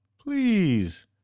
Please